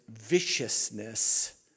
viciousness